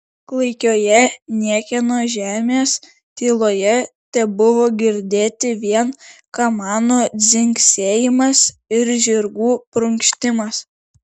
klaikioje niekieno žemės tyloje tebuvo girdėti vien kamanų dzingsėjimas ir žirgų prunkštimas